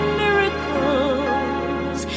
miracles